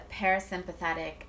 parasympathetic